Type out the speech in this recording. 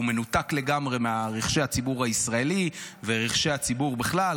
והוא מנותק לגמרי מרחשי הציבור הישראלי ורחשי הציבור בכלל,